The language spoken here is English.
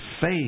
faith